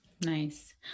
Nice